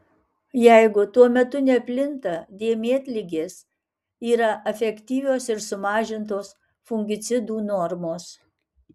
jeigu tuo metu neplinta dėmėtligės yra efektyvios ir sumažintos fungicidų normos